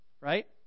Right